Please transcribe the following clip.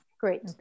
Great